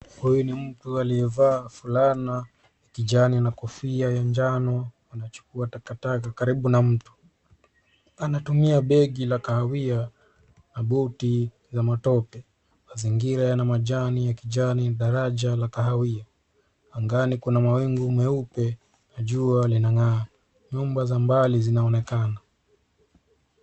Huyu ni mtu aliyevaa fulana ya kijani na kofia ya njano. Anachukua takataka karibu na mto. Anatumia begi la kahawia na buti za matope. Mazingira yana majani ya kijani, daraja la kahawia. Angani kuna mawingu meupe na jua linang'aa. Nyumba za mbali zinaonekana.